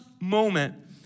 moment